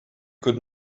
could